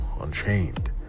Unchained